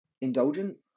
indulgent